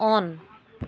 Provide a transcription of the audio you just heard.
on